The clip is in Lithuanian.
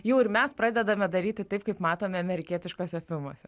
jau ir mes pradedame daryti taip kaip matome amerikietiškuose filmuose